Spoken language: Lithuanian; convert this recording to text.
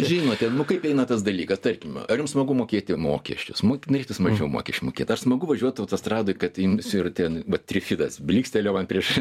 žinote nu kaip eina tas dalykas tarkim ar jums smagu mokėti mokesčius moki neškis mažiau mokesčių mokėt ar smagu važiuot autostradoj kad imsiu ir ten vat trihidas blykstelėjo man prieš